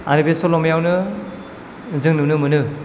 आरो बे सल'मायावनो जों नुनो मोनो